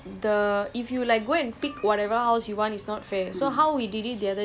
ya so basically like